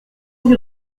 dix